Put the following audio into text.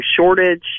shortage